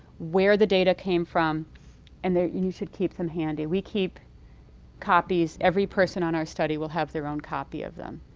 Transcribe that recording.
where the data came from and that you should keep them handy. we keep copies every person on our study will have their own copy of them.